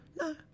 no